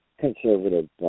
conservative